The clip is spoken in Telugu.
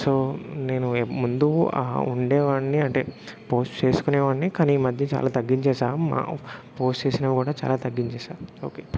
సో నేను ఏ ముందు ఉండేవాడిని అంటే పోస్ట్ చేసుకునే వాడిని కానీ ఈమధ్య చాలా తగ్గించేశా మా పోస్ట్ చేసినా కూడా చాలా తగ్గించేశా ఓకే